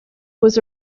was